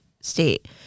state